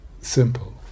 simple